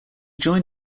joined